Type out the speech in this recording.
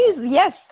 yes